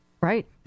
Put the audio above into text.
Right